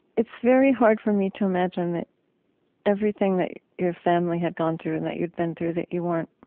it's very hard for me to imagine that everything that your family had gone through and that you'd been through that you weren't